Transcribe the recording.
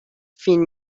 فین